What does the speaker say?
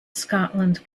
scotland